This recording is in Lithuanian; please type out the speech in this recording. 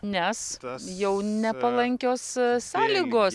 nes jau nepalankios sąlygos